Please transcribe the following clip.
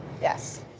Yes